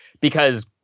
because-